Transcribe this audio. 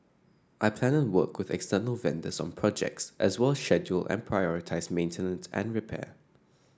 I plan and work with external vendors on projects as well schedule and prioritise maintenance and repair